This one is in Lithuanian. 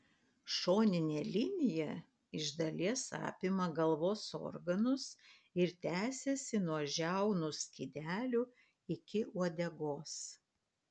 šoninė linija iš dalies apima galvos organus ir tęsiasi nuo žiaunų skydelių iki uodegos